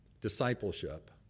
discipleship